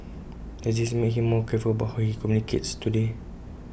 has this made him more careful about how he communicates today